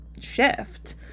shift